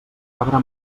cabra